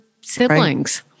siblings